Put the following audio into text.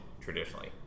traditionally